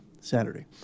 Saturday